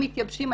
מתייבשים.